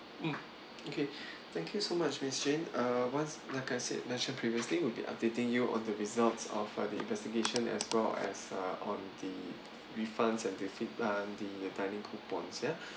mm okay thank you so much miss jane uh once like I said mentioned previously will be updating you on the results of the investigation as well as uh on the refund and the the dining coupon yeah